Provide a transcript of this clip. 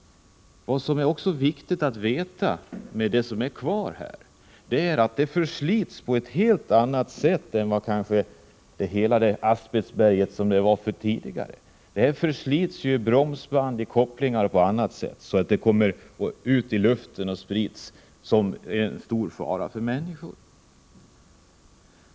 Det är också viktigt att ha i minnet den förslitning som sker av de asbestmaterial som finns kvar — en förslitning kanske på ett helt annat sätt än vad som skedde i fråga om det asbestberg vi hade tidigare. Bromsband i kopplingar osv. förslits, så att asbest kommer ut i luften och sprids till stor fara för människor.